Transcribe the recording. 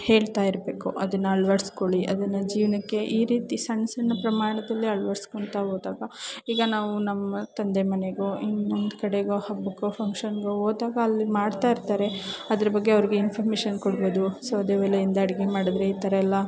ಹೇಳ್ತಾ ಇರಬೇಕು ಅದನ್ನು ಅಳ್ವಡಿಸ್ಕೊಳ್ಳಿ ಅದನ್ನು ಜೀವನಕ್ಕೆ ಈ ರೀತಿ ಸಣ್ಣ ಸಣ್ಣ ಪ್ರಮಾಣದಲ್ಲಿ ಅಳ್ವಡಿಸ್ಕೋಂತ ಹೋದಾಗ ಈಗ ನಾವು ನಮ್ಮ ತಂದೆ ಮನೆಗೋ ಇನ್ನೊಂದುಕಡೆಗೋ ಹೋಗಬೇಕು ಫಂಕ್ಷನ್ನಿಗೋ ಹೋದಾಗ ಅಲ್ಲಿ ಮಾಡ್ತಾಯಿರ್ತಾರೆ ಅದ್ರ ಬಗ್ಗೆ ಅವ್ರಿಗೆ ಇನ್ಫಾರ್ಮೇಶನ್ ಕೊಡ್ಬೋದು ಸೌದೆ ಒಲೆಯಿಂದ ಅಡುಗೆ ಮಾಡಿದ್ರೆ ಈ ಥರಯೆಲ್ಲ